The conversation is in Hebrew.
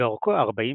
ואורכו 40 קילומטרים.